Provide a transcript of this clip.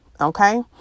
okay